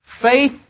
Faith